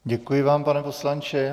Děkuji vám, pane poslanče.